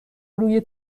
روی